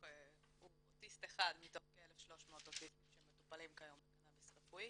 הוא אוטיסט אחד מתוך כ-1300 אוטיסטים שמטופלים כיום בקנאביס רפואי.